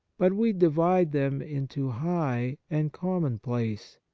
but we divide them into high and commonplace,